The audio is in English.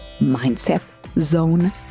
Mindset.Zone